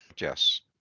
Yes